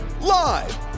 live